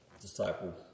disciple